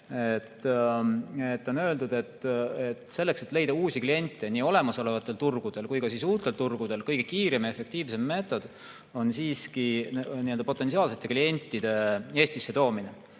On öeldud, et selleks, et leida uusi kliente nii olemasolevatel turgudel kui ka uutel turgudel, on kõige kiirem ja efektiivsem meetod potentsiaalsete klientide Eestisse toomine.